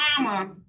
mama